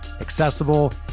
accessible